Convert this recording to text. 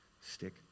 stick